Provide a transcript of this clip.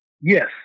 Yes